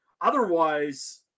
Otherwise